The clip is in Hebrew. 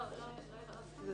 הוא